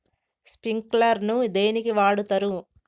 Sprinkler ను దేనికి వాడుతరు?